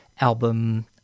album